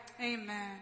Amen